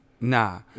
Nah